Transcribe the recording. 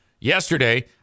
Yesterday